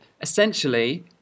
essentially